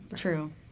True